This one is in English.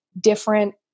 different